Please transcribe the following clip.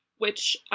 which